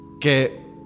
Que